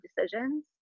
decisions